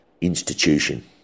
institution